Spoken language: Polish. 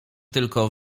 tylko